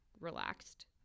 relaxed